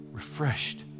Refreshed